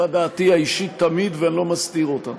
זו הייתה דעתי האישית תמיד, ואני לא מסתיר אותה.